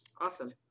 Awesome